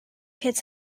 kids